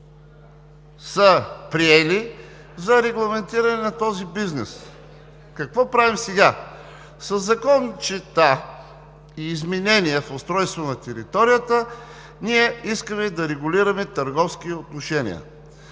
общините са приели за регламентиране на този бизнес. Какво правим сега? Със закончета и изменения в устройство на територията ние искаме да регулираме търговски отношения!